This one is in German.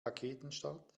raketenstart